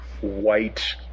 white